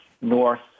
north